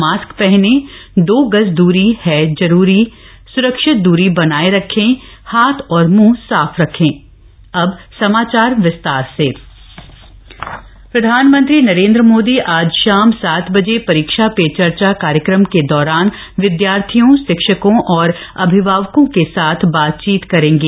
mask पहनें दो गज दूरी है जरूरी सुरक्षित दूरी बनाये रखें हाथ और मुंह साफ रखें परीक्षा पे चर्चा प्रधानमंत्री नरेन्द्र मोदी आज शाम सात बजे परीक्षा पे चर्चा कार्यक्रम के दौरान विदयार्थियों शिक्षकों और अभिभावकों के साथ बातचीत करेंगे